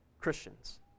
Christians